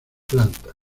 plantas